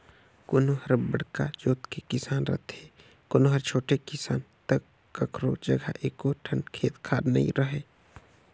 कोनो हर बड़का जोत के किसान रथे, कोनो हर छोटे किसान त कखरो जघा एको ठन खेत खार नइ रहय